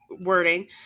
wording